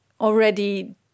already